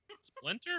splinter